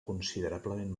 considerablement